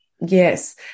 Yes